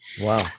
Wow